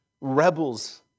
rebels